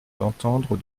d’entendre